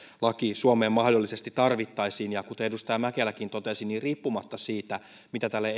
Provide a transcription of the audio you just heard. laki suomeen mahdollisesti tarvittaisiin kuten edustaja mäkeläkin totesi riippumatta siitä mitä tälle